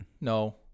No